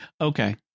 Okay